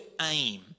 aim